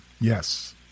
yes